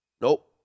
Nope